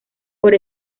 por